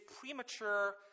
premature